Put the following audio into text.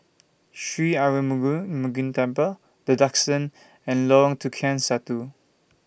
Sri Arulmigu Murugan Temple The Duxton and Lorong Tukang Satu